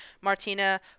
Martina